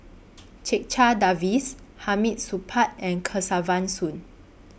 Checha Davies Hamid Supaat and Kesavan Soon